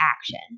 action